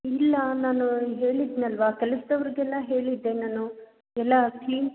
ಇಲ್ಲ ನಾನು ಅವ್ರಿಗೆ ಹೇಳಿದ್ದೆನಲ್ವಾ ಕೆಲಸದವ್ರ್ಗೆಲ್ಲ ಹೇಳಿದ್ದೆ ನಾನು ಎಲ್ಲ ಕ್ಲೀನ್